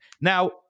now